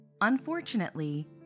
unfortunately